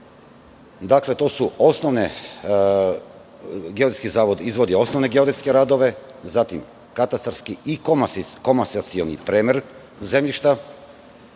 Dakle, Geodetski zavod izvodi osnovne geodetske radove, zatim katastarski i komasacioni premer zemljišta,